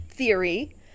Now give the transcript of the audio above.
theory